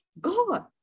God